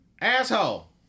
Asshole